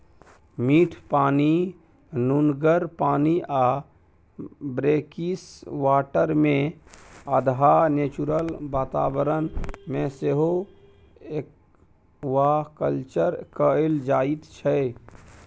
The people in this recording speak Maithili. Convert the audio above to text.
मीठ पानि, नुनगर पानि आ ब्रेकिसवाटरमे अधहा नेचुरल बाताबरण मे सेहो एक्वाकल्चर कएल जाइत छै